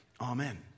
Amen